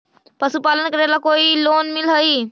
पशुपालन करेला कोई लोन मिल हइ?